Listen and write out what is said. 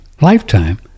lifetime